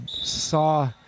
saw